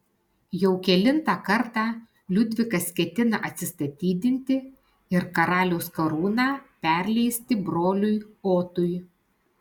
jau kelintą kartą liudvikas ketina atsistatydinti ir karaliaus karūną perleisti broliui otui